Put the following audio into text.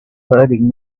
hurting